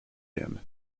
him